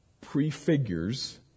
prefigures